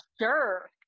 sure